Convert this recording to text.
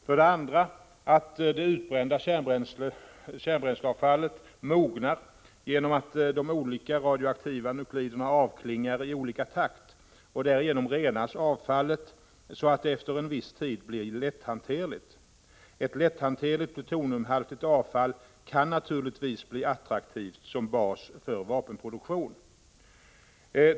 För det andra visar det sig att det utbrända kärnbränsleavfallet mognar genom att de olika radioaktiva nukliderna avklingar i olika takt, varigenom avfallet renas så att det efter en viss tid blir lätthanterligt. Ett lätthanterligt plutoniumhaltigt avfall kan naturligtvis bli attraktivt som bas för vapenproduktion.